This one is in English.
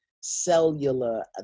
cellular